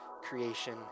creation